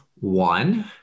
one